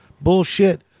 Bullshit